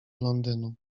londynu